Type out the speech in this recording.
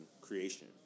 creation